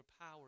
power